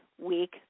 week